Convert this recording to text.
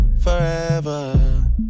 forever